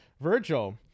Virgil